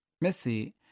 Missy